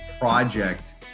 project